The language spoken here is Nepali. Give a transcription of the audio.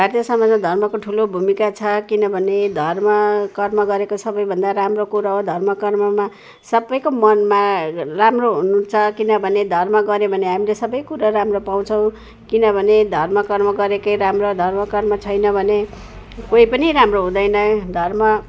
भारतीय समाजमा धर्मको ठुलो भूमिका छ किनभने धर्म कर्म गरेको सबैभन्दा राम्रो कुरा हो धर्म कर्ममा सबैको मनमा राम्रो हुन्छ किनभने धर्म गर्यो भने हामीले सबै कुरा राम्रो पाउँछौँ किनभने धर्म कर्म गरेकै राम्रो धर्म कर्म छैन भने कोही पनि राम्रो हुँदैन धर्म